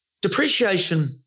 depreciation